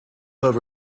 but